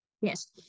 Yes